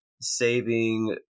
saving